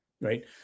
Right